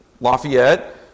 Lafayette